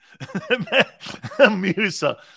Amusa